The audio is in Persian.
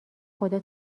خدا